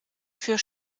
für